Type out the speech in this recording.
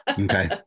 Okay